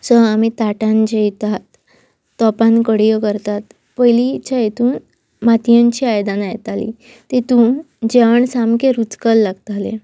so आमी ताटान जेयतात तोपान कडयो करतात पयलींच्या हतून मातयेची आयदनां येतालीं तितून जेवण सामकें रुचकल लागताले